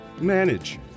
manage